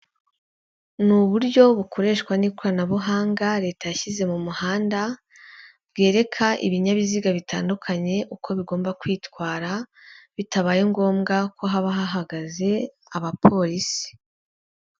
Ni uburyo bukoreshwa n'ikoranabuhanga Leta yashyize mu muhanda, bwereka ibinyabiziga bitandukanye uko bigomba kwitwara bitabaye ngombwa ko haba hahagaze abapolisi.